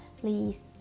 please